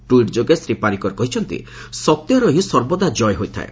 tweet ଯୋଗେ ଶ୍ରୀ ପାରିକର କହିଛନ୍ତି ସତ୍ୟର ହିଁ ସର୍ବଦା କୟ ହୋଇଥାଏ